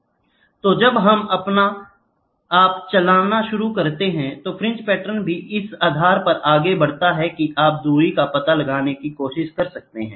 तो जब आप चलना शुरू करते हैं तो फ्रिंज पैटर्न भी इस आधार पर आगे बढ़ते हैं कि आप दूरी का पता लगाने की कोशिश कर सकते हैं